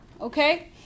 okay